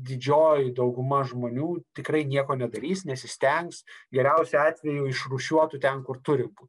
didžioji dauguma žmonių tikrai nieko nedarys nesistengs geriausiu atveju išrūšiuotų ten kur turi būt